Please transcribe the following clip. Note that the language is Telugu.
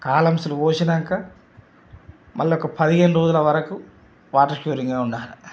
కాలమ్స్లు పోసినాక మళ్ళీ ఒక పదిహేను రోజుల వరకు వాటర్ క్యూరింగ్ అని ఉండాలి